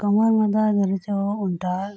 कमरमे दरद भेलै सेहो उनटा